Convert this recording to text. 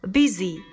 Busy